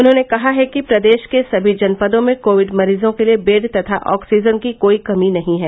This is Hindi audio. उन्होंने कहा है कि प्रदेश के सभी जनपदों में कोविड मरीजों के लिये बेड तथा ऑक्सीजन की कोई कमी नहीं है